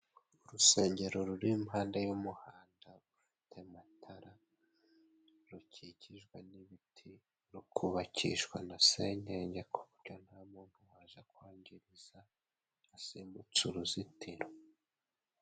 Urusengero ruri iruhande rw'umuhanda, rufite amatara rukikijwe n'ibiti, rukubakishwa na senyenge ku buryo nta muntu waza kwangiza asimbutse uruzitiro.